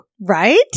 Right